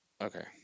okay